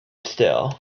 still